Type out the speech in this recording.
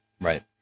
Right